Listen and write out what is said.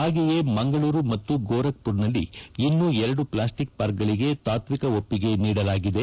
ಹಾಗೆಯೇ ಮಂಗಳೂರು ಮತ್ತು ಗೋರಕ್ ಪುರದಲ್ಲಿ ಇನ್ನೂ ಎರಡು ಪ್ಲಾಸ್ಸಿಕ್ ಪಾರ್ಕ್ಗಳಿಗೆ ತಾತ್ವಕ ಒಪ್ಪಿಗೆ ನೀಡಲಾಗಿದೆ